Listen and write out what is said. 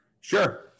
sure